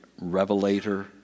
revelator